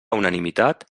unanimitat